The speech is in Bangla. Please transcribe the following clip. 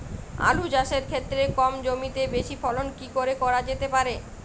আলু চাষের ক্ষেত্রে কম জমিতে বেশি ফলন কি করে করা যেতে পারে?